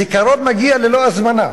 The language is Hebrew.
הזיכרון מגיע ללא הזמנה.